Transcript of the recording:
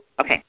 Okay